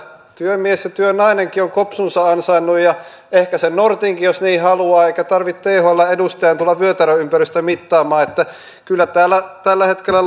työmies ja työnainenkin on kopsunsa ansainnut ja ehkä sen nortinkin jos niin haluaa eikä tarvitse thln edustajan tulla vyötärönympärystä mittamaan kyllä täällä tällä hetkellä